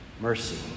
mercy